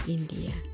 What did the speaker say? India